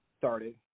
started